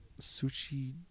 Sushi